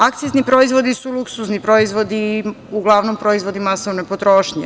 Akcizni proizvodi su luksuzni proizvodi i uglavnom proizvodi masovne potrošnje.